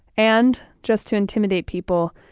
and, just to intimidate people,